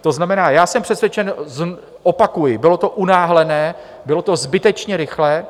To znamená, já jsem přesvědčen, opakuji, bylo to unáhlené, bylo to zbytečně rychlé.